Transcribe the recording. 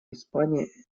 испании